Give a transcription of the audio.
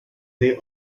they